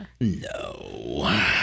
No